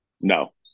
No